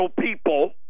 people